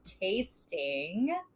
tasting